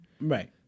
Right